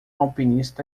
alpinista